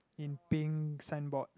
in pink signboard